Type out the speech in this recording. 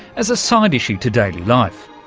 as a side issue to daily life,